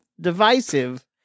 divisive